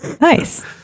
Nice